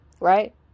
Right